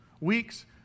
weeks